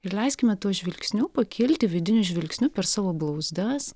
ir leiskime tuo žvilgsniu pakilti vidiniu žvilgsniu per savo blauzdas